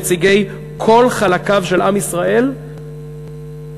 נציגי כל חלקיו של עם ישראל ואזרחיה.